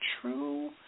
true